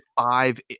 five